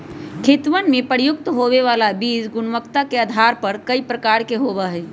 खेतवन में प्रयुक्त होवे वाला बीज गुणवत्ता के आधार पर कई प्रकार के होवा हई